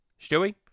Stewie